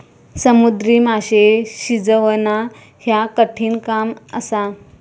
समुद्री माशे शिजवणा ह्या कठिण काम असा